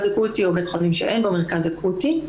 אקוטי או בית חולים שאין בו מרכז אקוטי,